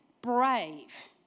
brave